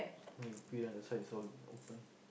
and you pee at the side is all open